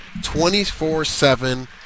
24-7